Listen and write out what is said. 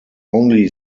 only